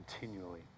continually